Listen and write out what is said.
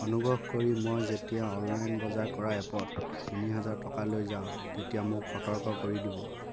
অনুগ্ৰহ কৰি মই যেতিয়া অনলাইন বজাৰ কৰা এপত তিনিহেজাৰ টকালৈ যাওঁ তেতিয়া মোক সতৰ্ক কৰি দিব